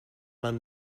man